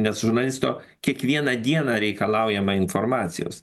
nes žurnalisto kiekvieną dieną reikalaujama informacijos